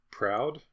proud